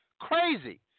crazy